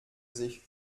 sich